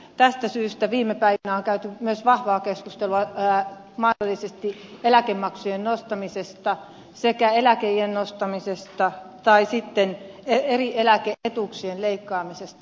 tästä syystä viime päivinä on käyty myös vahvaa keskustelua mahdollisesti eläkemaksujen nostamisesta sekä eläkeiän nostamisesta tai sitten eri eläke etuuksien leikkaamisesta